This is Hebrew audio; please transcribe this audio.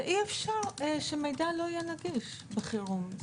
זה אי אפשר שמידע לא יהיה נגיש בחירום,